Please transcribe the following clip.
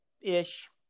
ish